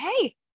hey